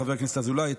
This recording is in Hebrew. חבר הכנסת אזולאי,